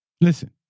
listen